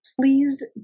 please